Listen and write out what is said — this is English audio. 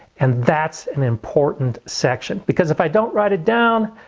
and that's an important section, because if i don't write it down,